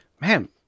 Man